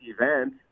event